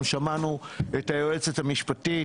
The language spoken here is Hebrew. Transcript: גם שמענו את היועצת המשפטית,